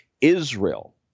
Israel